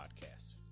Podcast